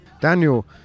Daniel